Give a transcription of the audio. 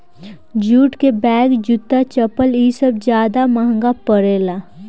jute के bag, जूता, चप्पल इ सब ज्यादे महंगा परेला